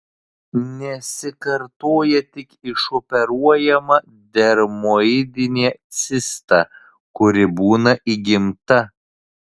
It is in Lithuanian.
nesikartoja tik išoperuojama dermoidinė cista kuri būna įgimta